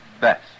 best